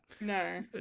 No